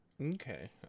okay